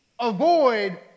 Avoid